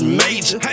major